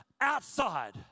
outside